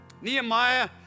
Nehemiah